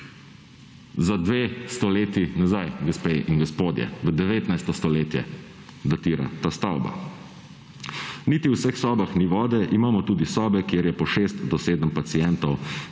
Za dve stoletji, nazaj, gospe in gospodje, v 19. stoletje datira ta stavba. Niti v vseh sobah ni vode, imamo tudi sobe, kjer je po 6 do 7 pacientov,